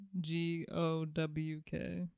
G-O-W-K